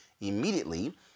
immediately